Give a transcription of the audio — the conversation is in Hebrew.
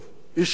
צנוע,